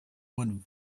went